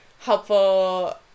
helpful